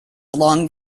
along